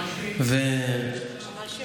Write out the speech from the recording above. ממש יפה.